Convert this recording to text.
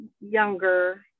younger